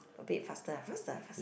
a bit faster ah faster fast